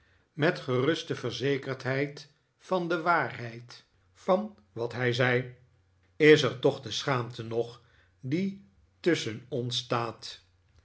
met geruste verzekerdheid van de waarheid van wat hij zei is er toch de schaamte nog die tusschen